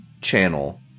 channel